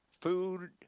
food